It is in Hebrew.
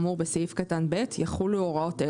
אבל ההחלטה היא